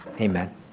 amen